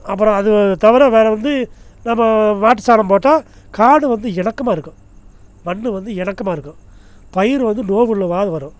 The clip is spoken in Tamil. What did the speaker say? அப்புறம் அதை தவிர வேற வந்து நம்ம மாட்டு சாணம் போட்டால் காடு வந்து எனக்கமாக இருக்கும் மண் வந்து எனக்கமாக இருக்கும் பயிறு வந்து நோவுல்ல வாகு வரும்